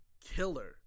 killer